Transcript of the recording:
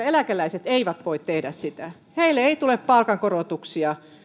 eläkeläiset eivät voi tehdä sitä heille ei tule palkankorotuksia